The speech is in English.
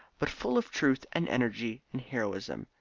but full of truth and energy and heroism.